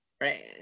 right